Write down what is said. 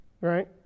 Right